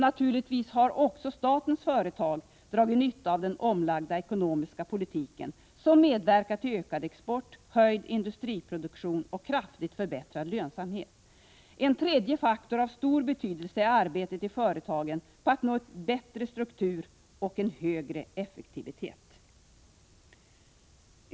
Naturligtvis har också statens företag dragit nytta av den omlagda ekonomiska politiken, som medverkat till ökad export, höjd industriproduktion och kraftigt förbättrad lönsamhet. En tredje faktor av stor betydelse är arbetet i företagen på att nå en bättre struktur och en högre effektivitet.